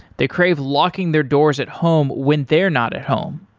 they crave locking their doors at home when they're not at home.